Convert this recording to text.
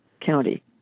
County